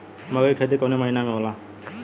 मकई क खेती कवने महीना में होला?